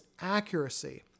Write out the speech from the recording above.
accuracy